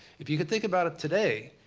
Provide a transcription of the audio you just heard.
if you could think about it today,